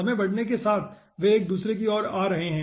समय बढ़ने के साथ वे एक दूसरे की ओर आ रहे हैं